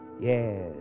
Yes